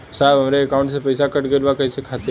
साहब हमरे एकाउंट से पैसाकट गईल बा काहे खातिर?